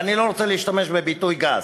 ואני לא רוצה להשתמש בביטוי גס.